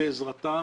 שבעזרתם